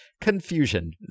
confusion